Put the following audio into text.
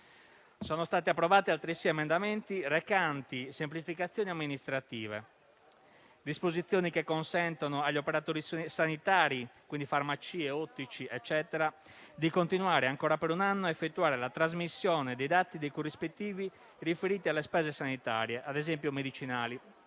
Sono stati approvati altresì emendamenti recanti semplificazioni amministrative, disposizioni che consentono agli operatori sanitari (quindi farmacie, ottici, eccetera) di continuare ancora per un anno ad effettuare la trasmissione dei dati dei corrispettivi riferiti alle spese sanitarie (ad esempio i medicinali)